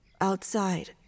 outside